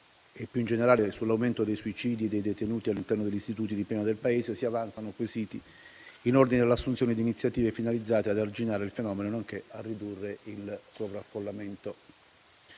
e, più in generale, sull'aumento dei suicidi dei detenuti all'interno degli istituti di pena del Paese, si avanzano quesiti in ordine all'assunzione di iniziative finalizzate ad arginare il fenomeno nonché a ridurre il sovraffollamento.